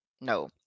no